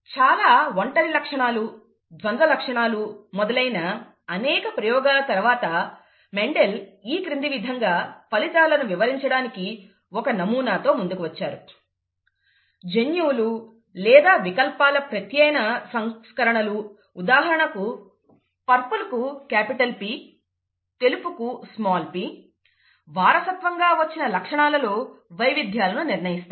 చాలా వ్యక్తిగత లక్షణాలు ద్వంద్వ లక్షణాలు మొదలైన అనేక ప్రయోగాల తర్వాత మెండెల్ ఈ క్రింది విధంగా ఫలితాలను వివరించడానికి ఒక నమూనాతో ముందుకు వచ్చారు జన్యువులు లేదా వికల్పాల ప్రత్యామ్నాయ సంస్కరణలు ఉదాహరణకు పర్పుల్ కు క్యాపిటల్ P తెలుపు కు స్మాల్ p వారసత్వంగా వచ్చిన లక్షణాలలో వైవిధ్యాలను నిర్ణయిస్తాయి